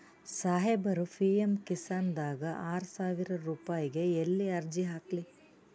ಸಾಹೇಬರ, ಪಿ.ಎಮ್ ಕಿಸಾನ್ ದಾಗ ಆರಸಾವಿರ ರುಪಾಯಿಗ ಎಲ್ಲಿ ಅರ್ಜಿ ಹಾಕ್ಲಿ?